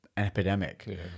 epidemic